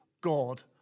God